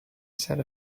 said